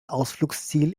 ausflugsziel